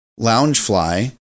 Loungefly